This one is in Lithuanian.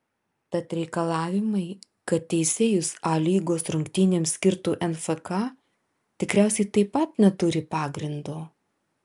tad reikalavimai kad teisėjus a lygos rungtynėms skirtų nfka tikriausiai taip pat neturi pagrindo